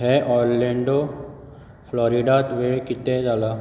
हे ऑर्लांडो फ्लॉरिडांत वेळ कितें जाला